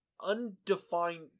undefined